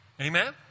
Amen